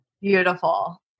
Beautiful